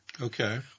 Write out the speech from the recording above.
Okay